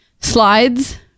slides